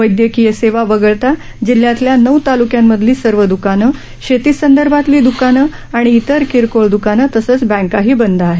वैद्यकीय सेवा वगळता जिल्ह्यातल्या नऊ तालुक्यांमधली सर्व दुकानं शेतीसंदर्भातली दुकानं आणि इतर किरकोळ दुकानं तसंच बँकाही बंद आहेत